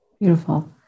Beautiful